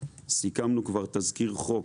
סיכמנו כבר תזכיר חוק